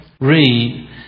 Read